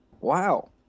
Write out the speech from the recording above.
wow